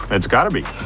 it's gotta be.